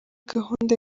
gahunda